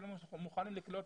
שלא מוכנים לקלוט